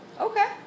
Okay